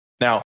Now